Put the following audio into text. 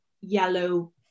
yellow